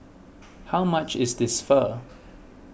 how much is this Pho